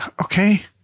okay